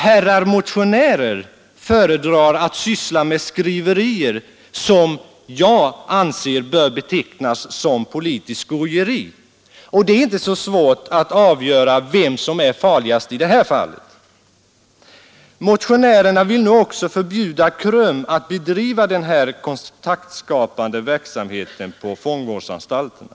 Herrar motionärer föredrar att syssla med skriverier, som jag anser bör betecknas som politiskt skojeri. Det är inte så svårt att avgöra vem som är farligast i — Nr 75 detta fall. Motionärerna vill nu också förbjuda KRUM att bedriva denna Torsdagen den kontaktskapande verksamhet på fångvårdsanstalterna.